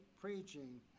preaching